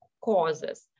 causes